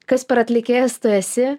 kas per atlikėjas tu esi